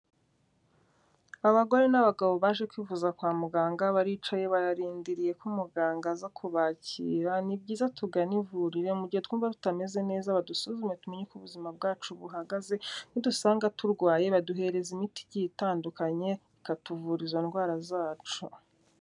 Abagore n'abagabo baje kwivuza kwa muganga baricaye bararindiriye ko umuganga aza kubakira, ni byiza tugane ivuriro mu gihe twumva tutameze neza badusuzume tumenye ko ubuzima bwacu buhagaze, nidusanga turwaye baduhereza imiti igiye itandukanye, ikatuvura izo ndwara zacu.